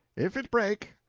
if it break,